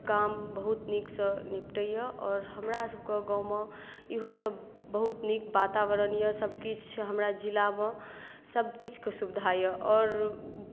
काम बहुत नीकसँ निपटैत यए आओर हमरासभके गाँवमे इहोसभ बहुत नीक वातावरण यए सभकिछु हमरा जिलामे सभकिछुके सुविधा यए आओर